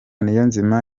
niyonzima